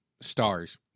stars